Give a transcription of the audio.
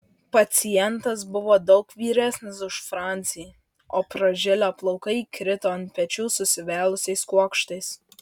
pacientas buvo daug vyresnis už francį o pražilę plaukai krito ant pečių susivėlusiais kuokštais